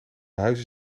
huizen